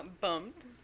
Bumped